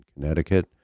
Connecticut